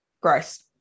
Gross